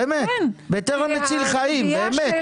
בטרם מציל חיים.